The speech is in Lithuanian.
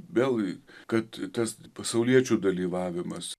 belui kad tas pasauliečių dalyvavimas